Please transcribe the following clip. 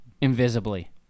invisibly